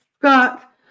Scott